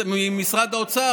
ממשרד האוצר